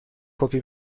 کپی